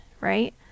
right